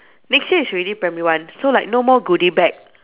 next year is already primary one so like no more goody bag